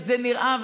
וזה נראה,